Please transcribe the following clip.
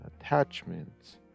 attachments